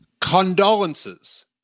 condolences